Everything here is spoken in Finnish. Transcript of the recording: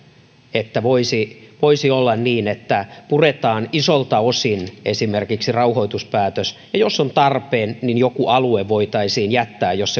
että voisi voisi olla niin että puretaan isolta osin esimerkiksi rauhoituspäätös ja jos on tarpeen niin joku alue voitaisiin jättää jos